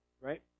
Right